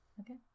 Okay